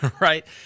right